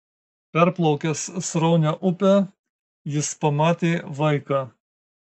perplaukęs sraunią upę jis pamatė vaiką